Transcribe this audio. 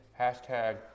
hashtag